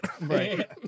Right